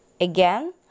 Again